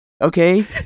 Okay